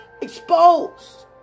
exposed